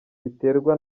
biterwa